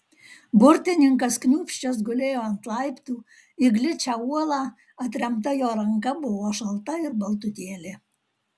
burtininkas kniūbsčias gulėjo ant laiptų į gličią uolą atremta jo ranka buvo šalta ir baltutėlė